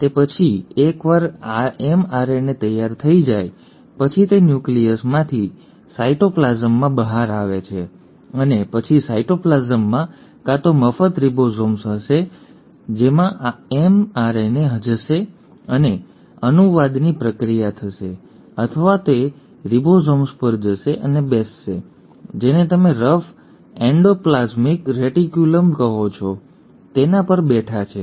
તે પછી એકવાર એમઆરએનએ તૈયાર થઈ જાય પછી તે ન્યુક્લિયસમાંથી સાઇટોપ્લાસમમાં બહાર આવે છે અને પછી સાયટોપ્લાઝમમાં કાં તો મફત રિબોસોમ્સ હશે જેમાં એમઆરએનએ જશે અને અનુવાદની પ્રક્રિયા થશે અથવા તે તે રિબોસોમ્સ પર જશે અને બેસશે જેને તમે રફ એન્ડોપ્લાસ્મિક રેટિક્યુલમ કહો છો તેના પર બેઠા છે